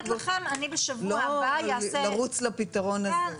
לא לרוץ לפתרון הזה.